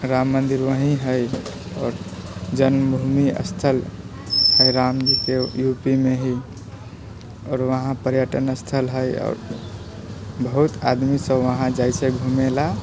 राम मन्दिर वहीं है आओर जन्मभूमि स्थल है रामजीके यूपीमे ही आओर वहाँ पर्यटन स्थल है आओर बहुत आदमी सभ वहाँ जाइ छै घुमै लए